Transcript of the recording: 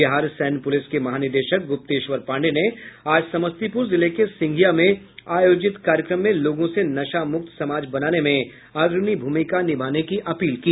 बिहार सैन्य पुलिस के महानिदेशक गुप्तेश्वर पांडेय ने आज समस्तीपुर जिले के सिंधिया में आयोजित कार्यक्रम में लोगों से नशा मुक्त समाज बनाने में अग्रणी भूमिका निभाने की अपील की